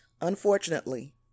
unfortunately